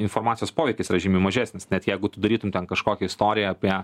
informacijos poveikis yra žymiai mažesnis net jeigu tu darytum ten kažkokią istoriją apie